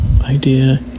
idea